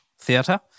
Theater